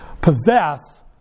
possess